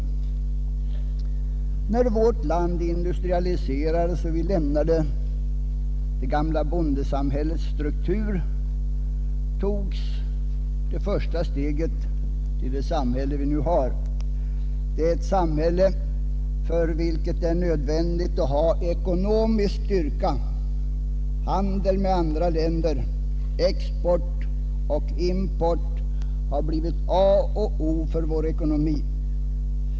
När vårt land industrialiserades och vi lämnade det gamla bondesamhällets struktur togs det första stora steget till det samhälle vi nu har. Det är ett samhälle för vilket det är nödvändigt att ha ekonomisk styrka. Handel med andra länder — export och import — har blivit A och O för vår ekonomi.